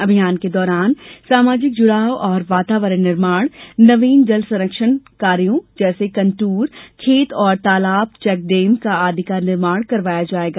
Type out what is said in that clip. अभियान के दौरान सामाजिक जुड़ाव और वातावरण निर्माण नवीन जल संरक्षण कार्यों जैसे कंटूर खेत तालाब और चेक डेम आदि का निर्माण कराया जायेगा